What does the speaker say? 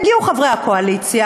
הגיעו חברי הקואליציה,